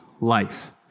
life